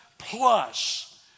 Plus